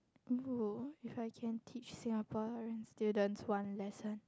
oh if I can teach Singaporean students one lesson